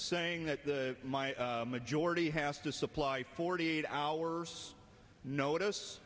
saying that the my majority has to supply forty eight hours notice